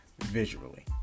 visually